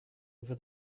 over